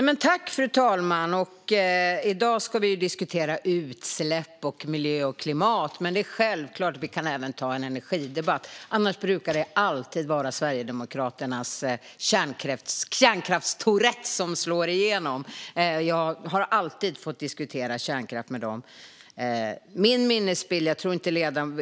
Fru talman! I dag ska vi diskutera utsläpp, miljö och klimat. Men självklart kan vi även ta en energidebatt. Annars brukar det alltid vara Sverigedemokraternas kärnkraftstourettes som slår igenom. Jag har alltid fått diskutera kärnkraft med dem.